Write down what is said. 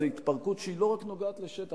זו התפרקות שאינה נוגעת רק בשטח,